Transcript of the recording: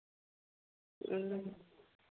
ᱦᱮᱸ